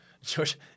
George